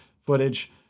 footage